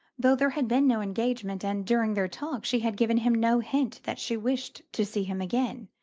though there had been no engagement, and during their talk she had given him no hint that she wished to see him again.